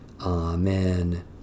Amen